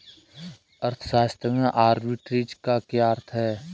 अर्थशास्त्र में आर्बिट्रेज का क्या अर्थ है?